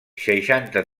seixanta